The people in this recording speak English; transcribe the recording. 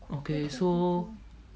okay so